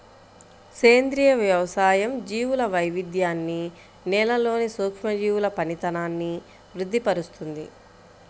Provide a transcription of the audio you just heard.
సేంద్రియ వ్యవసాయం జీవుల వైవిధ్యాన్ని, నేలలోని సూక్ష్మజీవుల పనితనాన్ని వృద్ది పరుస్తుంది